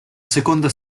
seconda